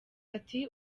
ati